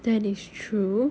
that is true